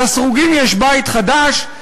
לסרוגים יש בית חדש.